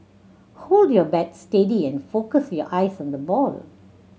hold your bat steady and focus your eyes on the ball